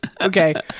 Okay